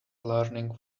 learning